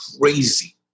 crazy